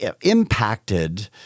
impacted